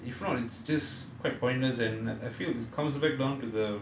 if not it's just quite pointless and I feel it comes back down to the